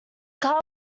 car